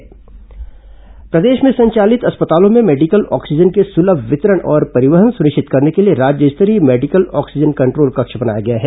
medical oxygen प्रदेश में संचालित अस्पतालों में मेडिकल ऑक्सीजन के सुलम वितरण और परिवहन सुनिश्चित करने के लिए राज्य स्तरीय मेडिकल ऑक्सीजन कंट्रोल कक्ष बनाया गया है